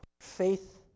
Faith